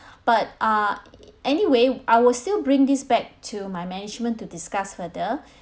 but uh anyway I will still bring this back to my management to discuss further